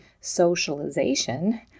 socialization